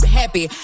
happy